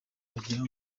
bagira